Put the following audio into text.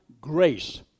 grace